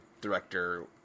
director